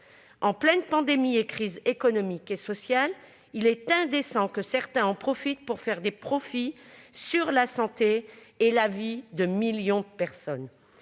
En pleine pandémie et crise économique et sociale, il est indécent que certains en profitent pour faire des profits sur la santé et la vie de millions de personnes.